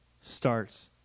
starts